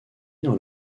dans